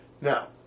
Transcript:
now